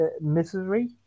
misery